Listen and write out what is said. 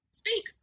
speak